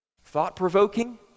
thought-provoking